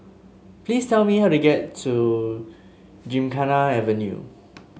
please tell me how to get to Gymkhana Avenue